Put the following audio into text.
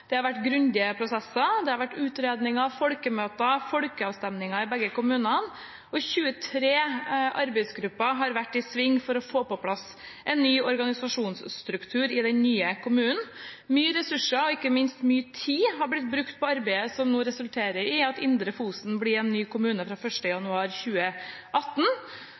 Det har vært grundige prosesser, det har vært utredninger og folkemøter og folkeavstemninger i begge kommunene, og 23 arbeidsgrupper har vært i sving for å få på plass en ny organisasjonsstruktur i den nye kommunen. Mye ressurser og ikke minst mye tid har blitt brukt på arbeidet som nå resulterer i at Indre Fosen blir en ny kommune fra 1. januar 2018.